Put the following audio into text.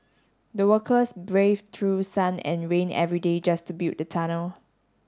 the workers braved through sun and rain every day just to build the tunnel